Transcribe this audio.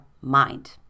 mind